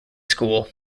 school